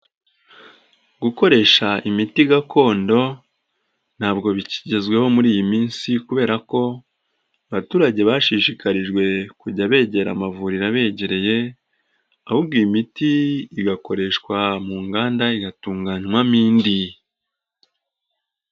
Gukoresha imiti gakondo ntabwo bikigezweho muri iyi minsi, kubera ko abaturage bashishikarijwe kujya begera amavuriro abegereye, ahubwo iyi imiti igakoreshwa mu nganda igatunganywamo indi.